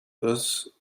thus